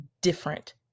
different